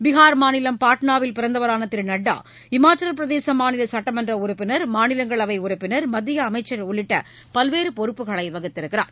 பீகார் மாநிலம் பாட்னாவில் பிறந்தவரான திரு நட்டா இமாச்சல பிரதேச மாநில சுட்டமன்ற உறுப்பினா் மாநிலங்களவை உறுப்பினா் மத்திய அமைச்சா் உள்ளிட்ட பல்வேறு பொறுப்புகளை வகித்துள்ளார்